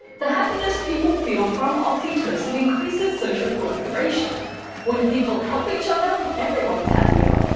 the happiness people feel from oxytocin increases social collaboration when people help each other, everyone's happier.